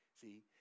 See